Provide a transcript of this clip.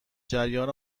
جریان